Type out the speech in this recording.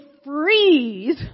freeze